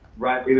right,